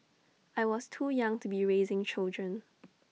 I was too young to be raising children